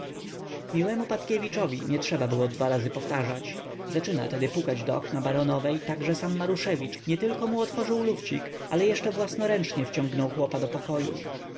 memu patkiewiczowi nietrzeba było dwa razy powtarzać zaczyna tedy pukać do okna baronowej tak że sam maruszewicz nietylko mu otworzył lufcik ale jeszcze własnoręcznie wciągnął chłopa do pokoju